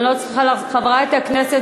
חברת הכנסת